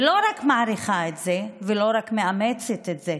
ולא רק מעריכה את זה, ולא רק מאמצת את זה,